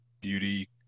beauty